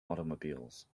automobiles